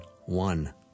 one